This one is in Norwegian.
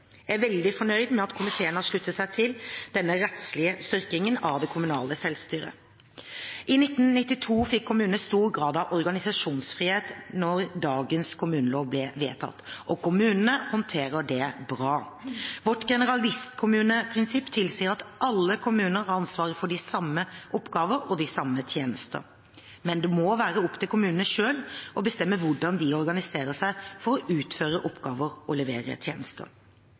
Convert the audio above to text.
Jeg er veldig fornøyd med at komiteen har sluttet seg til denne rettslige styrkingen av det kommunale selvstyret. I 1992 fikk kommunene stor grad av organisasjonsfrihet da dagens kommunelov ble vedtatt, og kommunene håndterer det bra. Vårt generalistkommuneprinsipp tilsier at alle kommuner har ansvaret for de samme oppgavene og de samme tjenestene, men det må være opp til kommunene selv å bestemme hvordan de organiserer seg for å utføre oppgaver og levere tjenester.